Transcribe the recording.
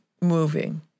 moving